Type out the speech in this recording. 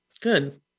Good